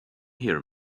here